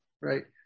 right